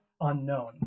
unknown